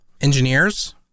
engineers